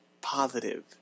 positive